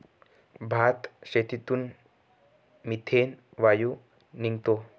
भातशेतीतून मिथेन वायू निघतो